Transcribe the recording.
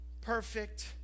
perfect